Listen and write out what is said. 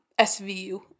SVU